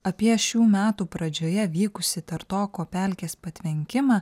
apie šių metų pradžioje vykusį tartoko pelkės patvenkimą